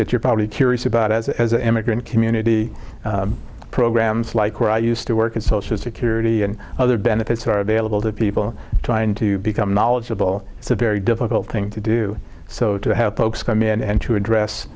that you're probably curious about as an immigrant community programs like where i used to work in social security and other benefits are available to people trying to become knowledgeable it's a very difficult thing to do so to have folks come in and to address